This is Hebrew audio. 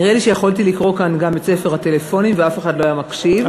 נראה לי שיכולתי לקרוא כאן גם את ספר הטלפונים ואף אחד לא היה מקשיב,